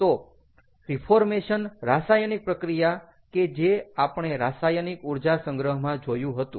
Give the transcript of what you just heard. તો રીફોર્મેશન રાસાયણિક પ્રક્રિયા કે જે આપણે રાસાયણિક ઊર્જા સંગ્રહમાં જોયું હતું